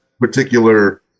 particular